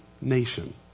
nation